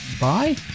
Bye